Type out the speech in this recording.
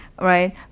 right